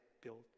built